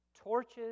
torches